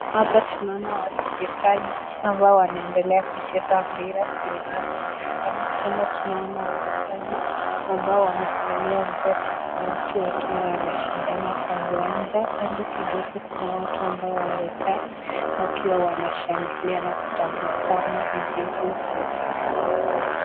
Hapa tunaona wachezaji ambao wanaendelea kucheza mpira vile inavyoonekana. Tena tunaona wachezaji ambao wamevalia nguo tofauti wakiwa wanashindana kwa uwanja, kando kidogo kuna watu ambao wamekaa, wakiwa wanashangilia na kutabasamu mchezo huu.